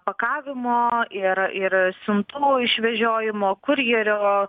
pakavimo ir ir siuntų išvežiojimo kurjerio